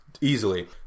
easily